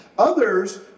Others